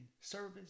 service